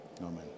Amen